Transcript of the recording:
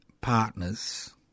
partners